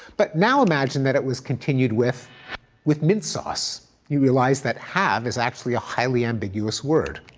but now imagine that it was continued with with mint sauce. you realize that have is actually a highly ambiguous word.